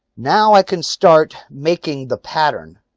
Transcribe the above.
now i can start making the pattern.